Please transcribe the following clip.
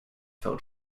fell